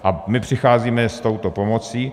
A my přicházíme s touto pomocí.